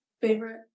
favorite